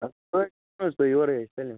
حظ تۄہہِ یورے سٲلِم